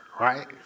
right